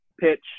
pitch